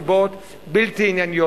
מסיבות בלתי ענייניות,